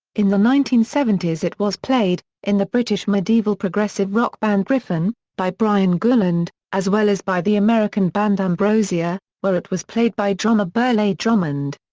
in the nineteen seventy s it was played, in the british medieval progressive rock band gryphon, by brian gulland, as well as by the american band ambrosia, where it was played by drummer burleigh drummond.